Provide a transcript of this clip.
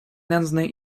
nędznej